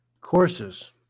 courses